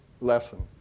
lesson